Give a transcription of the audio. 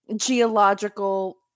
geological